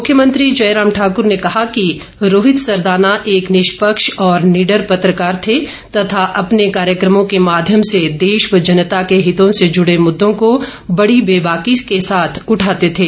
मुख्यमंत्री जयराम ठाकर ने कहा कि रोहित सरदाना एक निष्पक्ष और निडर पत्रकार थे तथा अपने कार्यक्रमों के माध्यम से देश व जनता के हितों से जूड़े मुद्दों को बड़ी बेबाकी के साथ उठाते थे